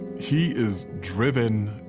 he is driven